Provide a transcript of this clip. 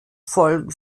folgen